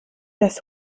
das